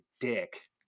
dick